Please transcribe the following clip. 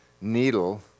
needle